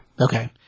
Okay